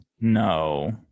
No